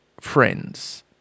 friends